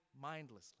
mindlessly